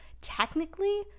technically